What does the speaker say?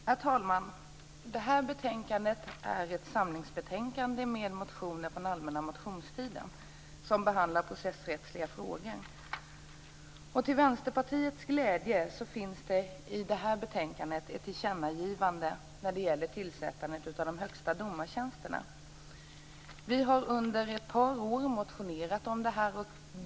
Herr talman! Det här betänkandet är ett samlingsbetänkande med motioner från allmänna motionstiden som behandlar processrättsliga frågor. Till Vänsterpartiets glädje finns det i betänkandet ett tillkännagivande när det gäller tillsättandet av de högsta domartjänsterna. Vi har under ett par år motionerat om detta.